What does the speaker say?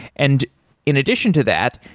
and in addition to that,